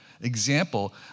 example